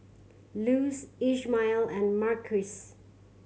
Luz Ishmael and Marquise